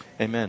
amen